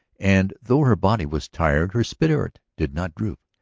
and though her body was tired her spirit did not droop.